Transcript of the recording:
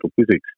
physics